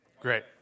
Great